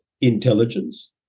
intelligence